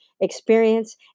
experience